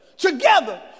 Together